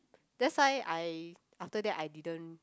that's why I after that I didn't